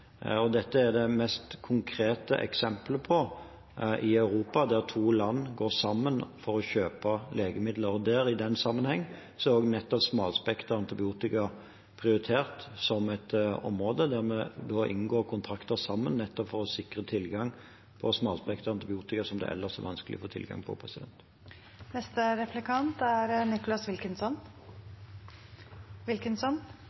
og dette er det mest konkrete eksemplet i Europa på at to land går sammen for å kjøpe legemidler. I den sammenheng er smalspektret antibiotika prioritert som et område der vi inngår kontrakter sammen for å sikre tilgang på smalspektret antibiotika som det ellers er vanskelig å få tilgang på. Jeg hørte ikke svaret fra helseministeren på Toppes spørsmål. Det handlet om barn og penicillin til barn. Det er